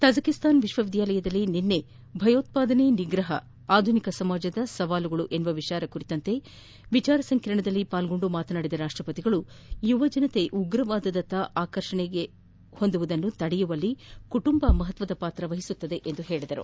Tajikistan ವಿಶ್ವವಿದ್ಗಾಲಯದಲ್ಲಿ ನಿನ್ನೆ ಭಯೋತ್ಪಾದನೆ ನಿಗ್ರಹ ಆಧುನಿಕ ಸಮಾಜದ ಸವಾಲುಗಳು ವಿಷಯ ಕುರಿತ ವಿಚಾರ ಸಂಕಿರಣದಲ್ಲಿ ಪಾಲ್ಗೊಂಡು ಮಾತನಾಡಿದ ರಾಷ್ಷಪತಿ ಅವರು ಯುವಜನರು ಉಗ್ರವಾದದತ್ತ ಆಕರ್ಷಿತರಾಗುವುದನ್ನು ತಡೆಯುವಲ್ಲಿ ಕುಟುಂಬ ಮಹತ್ವದ ಪಾತ್ರ ವಹಿಸುತ್ತದೆ ಎಂದರು